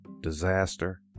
Disaster